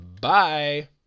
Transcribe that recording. Bye